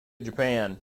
japan